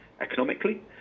economically